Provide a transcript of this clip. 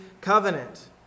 covenant